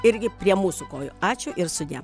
irgi prie mūsų kojų ačiū ir sudie